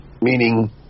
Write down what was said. Meaning